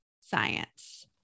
science